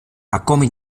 ακόμη